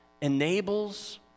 enables